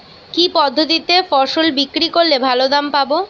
কি পদ্ধতিতে ফসল বিক্রি করলে ভালো দাম পাব?